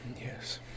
yes